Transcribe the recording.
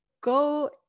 go